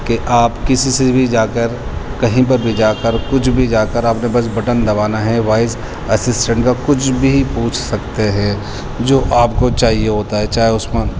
کہ آپ کسی سے بھی جا کر کہیں پر بھی جا کر کچھ بھی جا کر آپ نے بس بٹن دبانا ہے وائس اسسٹنٹ کا کچھ بھی پوچھ سکتے ہیں جو آپ کو چاہیے ہوتا ہے چاہے اس میں